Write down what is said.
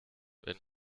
wenn